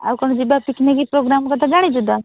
ଆଉ କ'ଣ ଯିବା ପିକ୍ନିକ୍ ପ୍ରୋଗ୍ରାମ୍ କଥା ଜାଣିଛୁ ତ